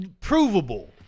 provable